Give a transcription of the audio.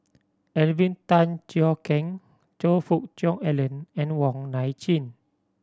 Alvin Tan Cheong Kheng Choe Fook Cheong Alan and Wong Nai Chin